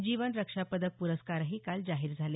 जीवन रक्षा पदक प्रस्कारही काल जाहीर झाले